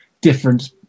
different